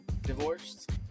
Divorced